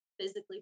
Physically